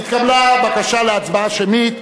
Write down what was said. התקבלה בקשה להצבעה שמית.